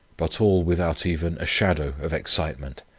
but all without even a shadow of excitement.